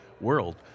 world